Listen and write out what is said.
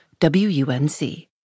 WUNC